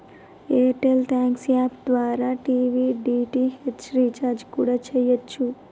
air tell thanks app ద్వారా TV DTH recharge కూడా చెయ్యచ్చు